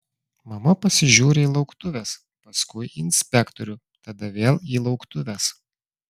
mama pasižiūri į lauktuves paskui į inspektorių tada vėl į lauktuves